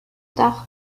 dach